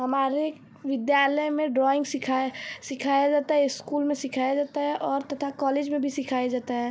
हमारे विद्यालय में ड्रॉइंग सिखाया सिखाया जाता है इस्कूल में सिखाया जाता है और तथा कॉलेज में भी सिखाया जाता है